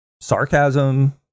sarcasm